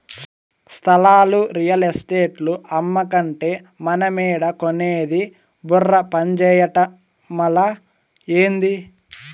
స్థలాలు రియల్ ఎస్టేటోల్లు అమ్మకంటే మనమేడ కొనేది బుర్ర పంజేయటమలా, ఏంది